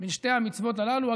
בין שתי המצוות הללו,